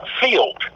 field